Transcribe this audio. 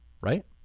right